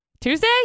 Tuesday